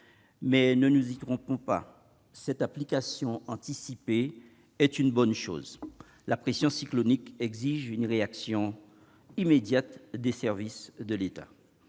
Mais, ne nous y trompons pas, cette application anticipée est une bonne chose : la pression cyclonique exige une réaction immédiate des services de l'État.